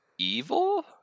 evil